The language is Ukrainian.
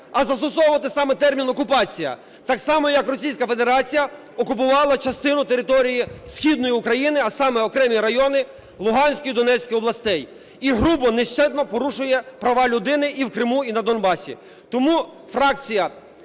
а застосовувати саме термін "окупація". Так само, як Російська Федерація окупувала частину території Східної України, а саме – окремі райони Луганської і Донецької областей, і грубо нещадно порушує права людини і в Криму і на Донбасі. Тому фракція